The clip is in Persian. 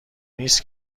نیست